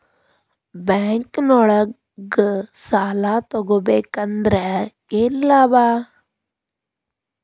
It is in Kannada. ಬ್ಯಾಂಕ್ನೊಳಗ್ ಸಾಲ ತಗೊಬೇಕಾದ್ರೆ ಏನ್ ಲಾಭ?